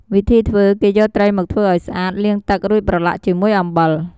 វិធីធ្វើ គេយកត្រីមកធ្វើឱ្យស្អាត លាងទឹក រួចប្រឡាក់ជាមួយអំបិល។